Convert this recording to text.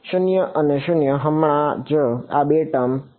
0 અને 0 હમણાં જ આ બે ટર્મ ટકી છે